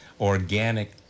organic